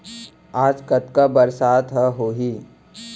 आज कतका बरसात ह होही?